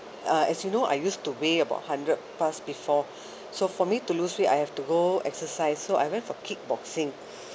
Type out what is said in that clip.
uh as you know I used to weight about hundred plus before so for me to lose weight I have to go exercise so I went for kickboxing